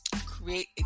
Create